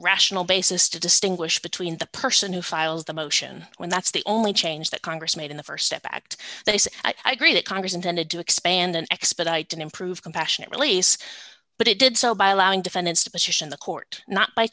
rational basis to distinguish between the person who files the motion when that's the only change that congress made in the st step act they say i gree that congress intended to expand and expedite and improve compassionate release but it did so by allowing defendants to petition the court not by